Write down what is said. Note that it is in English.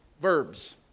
verbs